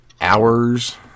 hours